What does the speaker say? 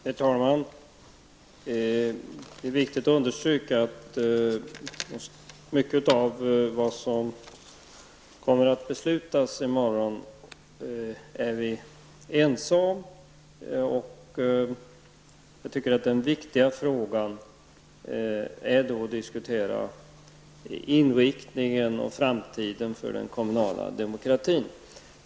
Herr talman! Det är viktigt att understryka att vi är överens om mycket av det som kommer att beslutas i morgon. Den väsentliga frågan att diskutera är inriktningen av den kommunala demokratin i framtiden.